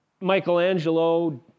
Michelangelo